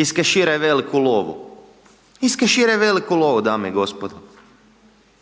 iskeširaj veliku lovu, iskeširaj veliku lovu dami i gospodo,